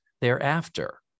thereafter